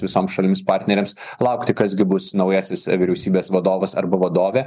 visoms šalims partnerėms laukti kas gi bus naujasis vyriausybės vadovas arba vadovė